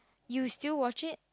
you still watch it